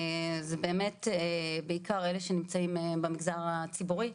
אלו באמת ובעיקר אלה שנמצאים במגזר הציבורי,